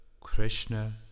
Krishna